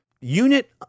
unit